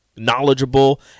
knowledgeable